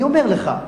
אני אומר לך,